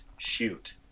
shoot